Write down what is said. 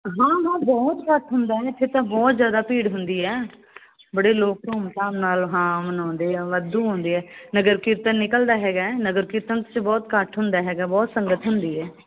ਹਾਂ ਹਾਂ ਬਹੁਤ ਰੱਛ ਹੁੰਦਾ ਹੈ ਇੱਥੇ ਤਾਂ ਬਹੁਤ ਜ਼ਿਆਦਾ ਭੀੜ ਹੁੰਦੀ ਹੈ ਬੜੇ ਲੋਕ ਧੂਮ ਧਾਮ ਨਾਲ ਹਾਂ ਮਨਾਉਂਦੇ ਆ ਵਾਧੂ ਆਉਂਦੇ ਆ ਨਗਰ ਕੀਰਤਨ ਨਿਕਲਦਾ ਹੈਗਾ ਹੈ ਨਗਰ ਕੀਰਤਨ 'ਚ ਬਹੁਤ ਇਕੱਠ ਹੁੰਦਾ ਹੈਗਾ ਬਹੁਤ ਸੰਗਤ ਹੁੰਦੀ ਹੈ